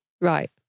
Right